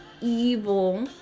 evil